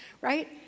right